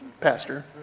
pastor